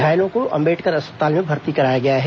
घायलों को अंबेडकर अस्पताल में भर्ती कराया गया है